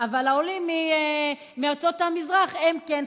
אבל העולים מארצות המזרח, הם כן פולשים.